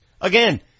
Again